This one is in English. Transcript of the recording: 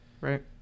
Right